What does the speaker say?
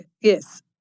yes